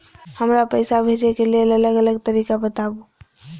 हमरा पैसा भेजै के लेल अलग अलग तरीका बताबु?